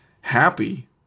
happy